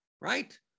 Right